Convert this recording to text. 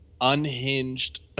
unhinged